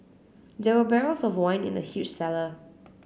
there were barrels of wine in the huge cellar